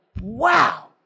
wow